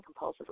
compulsively